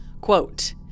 Quote